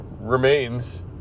remains